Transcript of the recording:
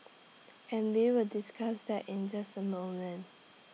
and we will discuss that in just A moment